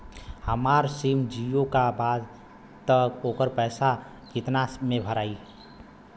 हमार सिम जीओ का बा त ओकर पैसा कितना मे भराई?